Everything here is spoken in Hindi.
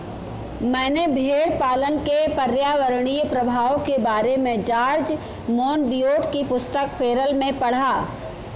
मैंने भेड़पालन के पर्यावरणीय प्रभाव के बारे में जॉर्ज मोनबियोट की पुस्तक फेरल में पढ़ा